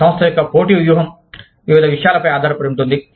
ఒక సంస్థ యొక్క పోటీ వ్యూహం వివిధ విషయాలపై ఆధారపడి ఉంటుంది